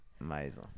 amazing